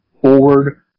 forward